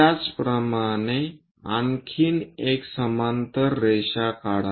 त्याचप्रमाणे आणखी एक समांतर रेखा काढा